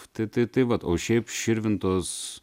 tai tai tai vat o šiaip širvintos